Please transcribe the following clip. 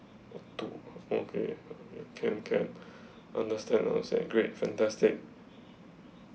two okay okay can can understand understand great fantastic